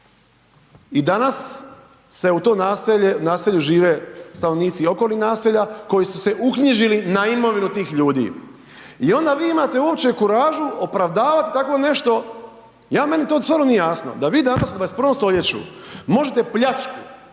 I danas se u to naselje, naselju žive stanovnici okolnih naselja koji su se uknjižili na imovinu tih ljudi. I onda vi imate uopće kuražu opravdavat tako nešto, ja meni to stvarno nije jasno, da vi danas u 21. stoljeću možete pljačku,